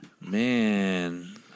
man